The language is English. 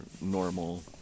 normal